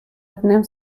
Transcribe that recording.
одним